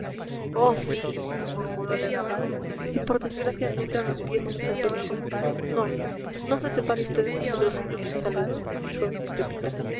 oh sí murmuró la dama si por desgracia nuestra nos viésemos en peligro no no se separe vd de nosotros señor monsalud dijo doña pepita